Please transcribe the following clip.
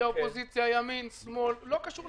אם זה